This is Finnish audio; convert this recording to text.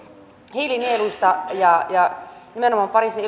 hiilinieluista ja ja nimenomaan pariisin